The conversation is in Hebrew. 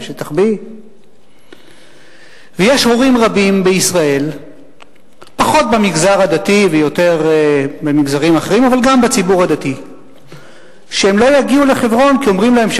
שטח B. ויש הורים רבים בישראל,